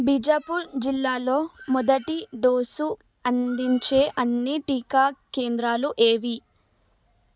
బీజాపూర్ జిల్లాలో మొదటి డోసు అందించే అన్ని టీకా కేంద్రాలు ఏవి